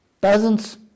peasants